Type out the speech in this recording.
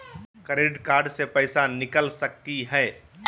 Credit card से पैसा निकल सकी हय?